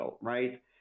right